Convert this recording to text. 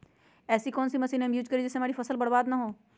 ऐसी कौन सी मशीन हम यूज करें जिससे हमारी फसल बर्बाद ना हो?